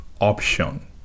option